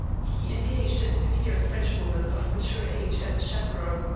he engaged a severe frenchwoman of mature age as chaperon,